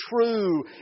true